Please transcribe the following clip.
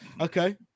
Okay